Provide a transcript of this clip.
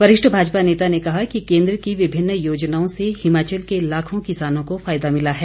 वरिष्ठ भाजपा नेता ने कहा कि केंद्र की विभिन्न योजनाओं से हिमाचल के लाखों किसानों को फायदा मिला है